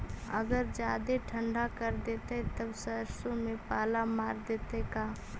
अगर जादे ठंडा कर देतै तब सरसों में पाला मार देतै का?